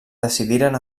decidiren